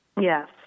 Yes